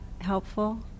helpful